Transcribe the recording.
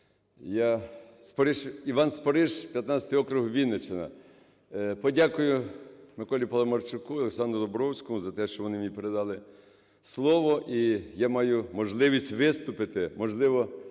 Іван Спориш, 15 округ, Вінниччина. Подякую Миколі Паламарчуку і Олександру Домбровському за те, що вони мені передали слово. І я маю можливість виступити, можливо,